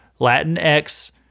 Latinx